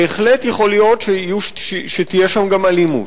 בהחלט יכול להיות שתהיה שם אלימות,